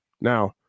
Now